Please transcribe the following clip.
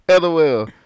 LOL